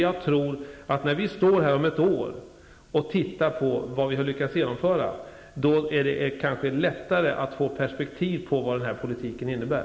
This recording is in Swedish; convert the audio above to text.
Jag tror att det om ett år, när vi tittar på vad vi har lyckats genomföra, är lättare att få perspektiv på vad den här politiken innebär.